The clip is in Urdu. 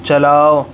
چلاؤ